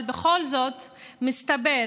אבל בכל זאת מסתבר